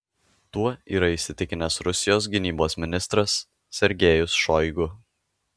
tuo yra įsitikinęs rusijos gynybos ministras sergejus šoigu